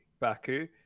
baku